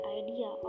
idea